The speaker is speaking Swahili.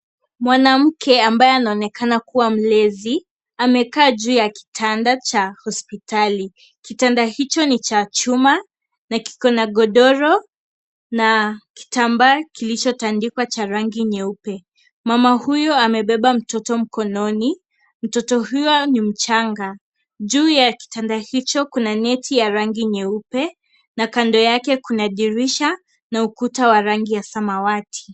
Mwanamke ambaye anaonekana kuwa mlezi, amekaa juu ya kitanda cha hospitali. Kitanda hicho ni cha chuma na kiko na gondoro, na kitambaa kilichotandikwa cha rangi nyeupe. Mama huyo amebeba mtoto mkononi, mtoto huyo ni mchanga. Juu ya kitanda hicho kuna neti ya rangi nyeupe, na kando yake kuna dirisha na ukuta wa rangi ya samawati.